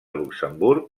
luxemburg